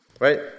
right